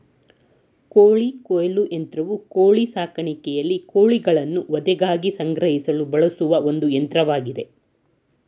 ಕೋಳಿ ಕೊಯ್ಲು ಯಂತ್ರವು ಕೋಳಿ ಸಾಕಾಣಿಕೆಯಲ್ಲಿ ಕೋಳಿಗಳನ್ನು ವಧೆಗಾಗಿ ಸಂಗ್ರಹಿಸಲು ಬಳಸುವ ಒಂದು ಯಂತ್ರವಾಗಿದೆ